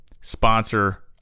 sponsor